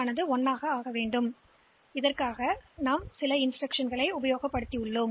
எனவே இது நாம் விவாதித்த முதல் சில இன்ஸ்டிரக்ஷன்களால் செய்யப்படுகிறது